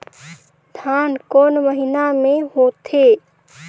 धान कोन महीना मे होथे?